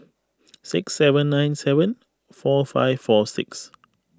six seven nine seven four five four six